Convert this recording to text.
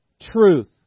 Truth